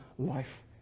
life